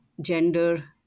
gender